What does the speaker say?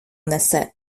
несе